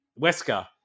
Wesker